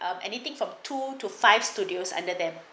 um anything from two to five studios under them